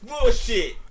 Bullshit